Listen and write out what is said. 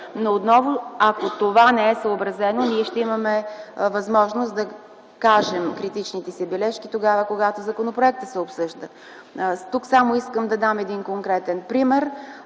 но отново ако това не е съобразено, ние ще имаме възможност да кажем критичните си бележки, когато законопроектът се обсъжда. Тук искам само да дам един конкретен пример.